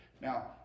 Now